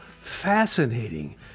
fascinating